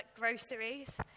groceries